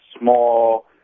small